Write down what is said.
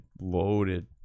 loaded